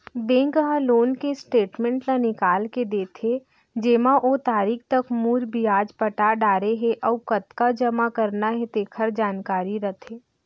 bank ह loan के statement ल निकाल के देथे जेमा ओ तारीख तक मूर, बियाज पटा डारे हे अउ कतका जमा करना हे तेकर जानकारी रथे